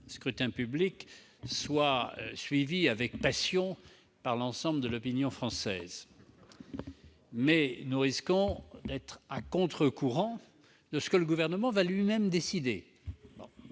scrutin public, soient suivis avec passion par l'ensemble de l'opinion publique. En outre, nous risquons finalement d'être à contre-courant de ce que le Gouvernement va lui-même décider.